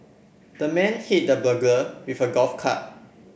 the man hit the burglar with a golf club